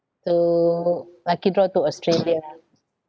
to lucky draw to australia lah